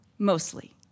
mostly